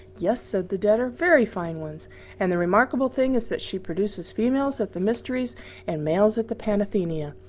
yes, said the debtor, very fine ones and the remarkable thing is that she produces females at the mysteries and males at the panathenea.